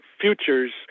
futures